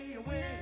away